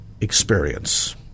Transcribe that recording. experience